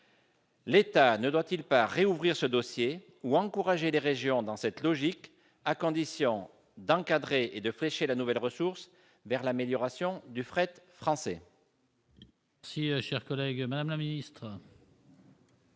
L'État ne doit-il pas rouvrir ce dossier ou encourager les régions dans cette logique, à condition d'encadrer et de flécher la nouvelle ressource vers l'amélioration du fret français ?